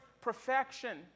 perfection